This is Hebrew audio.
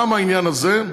וגם העניין הזה.